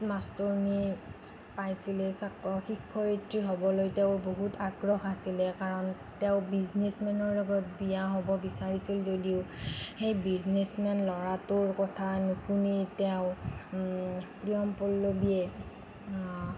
মাষ্টৰনী পাইছিলে শিক্ষয়ত্ৰী হ'বলৈ তেওঁ বহুত আগ্ৰহ আছিলে কাৰণ তেওঁ বিজনেছ মেনৰ লগত বিয়া হ'ব বিচাৰিছিল যদিও সেই বিজনেছ মেন ল'ৰাটোৰ কথা নুশুনি তেওঁ প্ৰিয়ম পল্লৱীয়ে